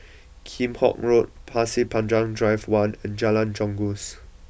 Kheam Hock Road Pasir Panjang Drive one and Jalan Janggus